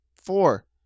four